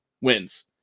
wins